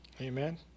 Amen